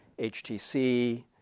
HTC